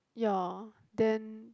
ya then